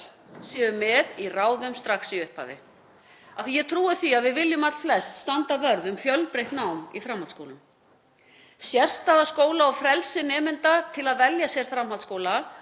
séu með í ráðum strax í upphafi, af því að ég trúi því að við viljum allflest standa vörð um fjölbreytt nám í framhaldsskólum. Sérstaða skóla og frelsi nemenda til að velja sér framhaldsskóla